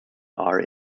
are